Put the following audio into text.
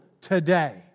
today